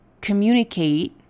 communicate